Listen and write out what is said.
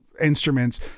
instruments